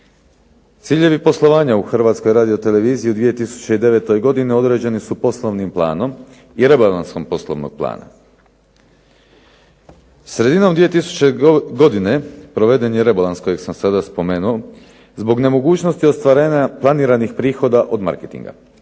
Ciljevi poslovanja u HRT-u u 2009. godini određeni su poslovnim planom i rebalansom poslovnog plana. Sredinom 2009. godine proveden je rebalans kojeg sam sada spomenuo zbog nemogućnosti ostvarenja planiranih prihoda od marketinga.